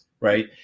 right